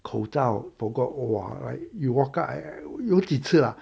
口罩口罩 !wah! !hais! 又要改我有几次 lah